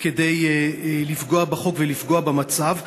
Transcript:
כדי לפגוע בחוק ולפגוע במצב.